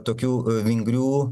tokių vingrių